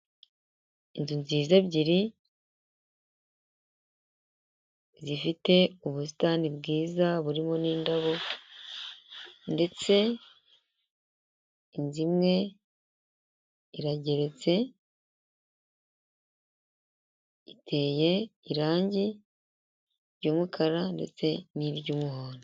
Inzu nziza ebyiri zifite ubusitani bwiza burimo n'indabo ndetse inzu imwe irageretse, iteye irangi ry'umukara ndetse n'iry'umuhondo.